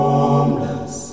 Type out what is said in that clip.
Homeless